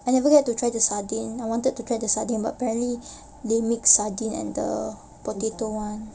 I never get to try the sardine I wanted to try the sardine but apparently they make sardine and the potato one